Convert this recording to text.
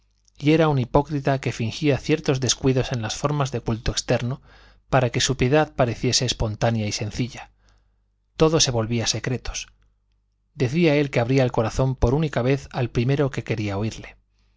y era un hipócrita que fingía ciertos descuidos en las formas del culto externo para que su piedad pareciese espontánea y sencilla todo se volvía secretos decía él que abría el corazón por única vez al primero que quería oírle